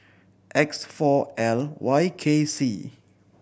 X four L Y K C